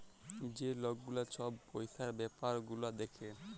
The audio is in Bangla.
যে লক গুলা ছব পইসার ব্যাপার গুলা দ্যাখে